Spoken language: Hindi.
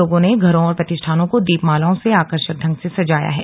लोगों ने घरों और प्रतिष्ठानों को दीपमालाओं से आकर्षक ढंग से सजाया है